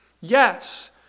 Yes